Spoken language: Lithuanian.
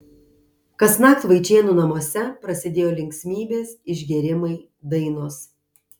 kasnakt vaičėnų namuose prasidėjo linksmybės išgėrimai dainos